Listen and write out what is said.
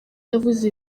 yavuze